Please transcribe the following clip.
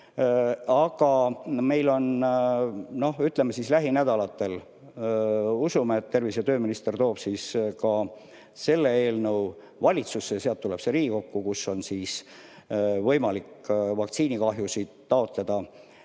Aga meil, ütleme, lähinädalatel, usume, et tervise- ja tööminister toob selle eelnõu valitsusse ja sealt tuleb see Riigikokku, kus on võimalik vaktsiinikahjusid taotleda